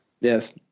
Yes